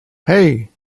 hey